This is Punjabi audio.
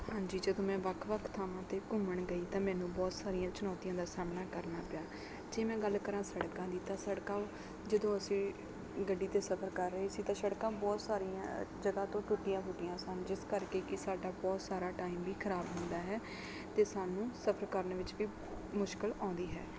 ਹਾਂਜੀ ਜਦੋਂ ਮੈਂ ਵੱਖ ਵੱਖ ਥਾਵਾਂ 'ਤੇ ਘੁੰਮਣ ਗਈ ਤਾਂ ਮੈਨੂੰ ਬਹੁਤ ਸਾਰੀਆਂ ਚੁਣੌਤੀਆਂ ਦਾ ਸਾਹਮਣਾ ਕਰਨਾ ਪਿਆ ਜੇ ਮੈਂ ਗੱਲ ਕਰਾਂ ਸੜਕਾਂ ਦੀ ਤਾਂ ਸੜਕਾਂ ਜਦੋਂ ਅਸੀਂ ਗੱਡੀ 'ਤੇ ਸਫ਼ਰ ਕਰ ਰਹੇ ਸੀ ਤਾਂ ਸੜਕਾਂ ਬਹੁਤ ਸਾਰੀਆਂ ਜਗ੍ਹਾ ਤੋਂ ਟੁੱਟੀਆਂ ਫੁੱਟੀਆ ਸਨ ਜਿਸ ਕਰਕੇ ਕਿ ਸਾਡਾ ਬਹੁਤ ਸਾਰਾ ਟਾਈਮ ਵੀ ਖ਼ਰਾਬ ਹੁੰਦਾ ਹੈ ਅਤੇ ਸਾਨੂੰ ਸਫ਼ਰ ਕਰਨ ਵਿੱਚ ਵੀ ਮੁਸ਼ਕਿਲ ਆਉਂਦੀ ਹੈ